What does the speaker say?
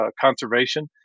conservation